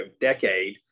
decade